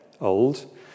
old